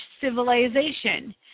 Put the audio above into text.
civilization